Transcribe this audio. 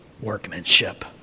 workmanship